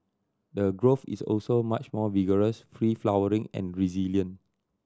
the growth is also much more vigorous free flowering and resilient